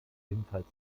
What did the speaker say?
ebenfalls